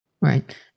Right